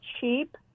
cheap